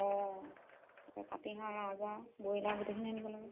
অঁ এতিয়া পাতিহাঁহ ৰাজহাঁহ ব্ৰইলাৰ গোটেইখিনি আনিব লাগিব